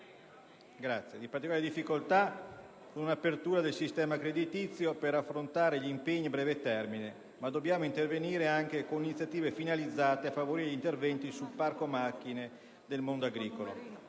momento di particolare difficoltà, con un'apertura del sistema creditizio per affrontare gli impegni a breve termine, ma dobbiamo intervenire anche con iniziative finalizzate a favorire interventi sul parco macchine del mondo agricolo.